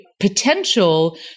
potential